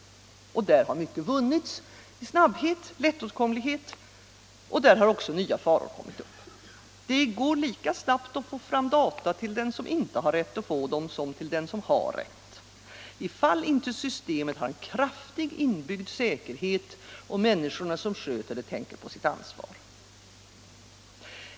Där har mycket vunnits i snabbhet och lättåtkomlighet. Där har också nya faror kommit upp. Det går lika snabbt att få fram data till den som inte har rätt att få dem, som till den som har rätt — ifall inte systemet har en kraftig inbyggd säkerhet och människorna som sköter det tänker på sitt ansvar.